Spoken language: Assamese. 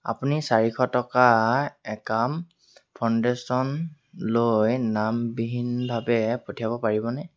আপুনি চাৰিশ টকা একাম ফাউণ্ডেশ্যনলৈ নামবিহীনভাৱে পঠিয়াব পাৰিবনে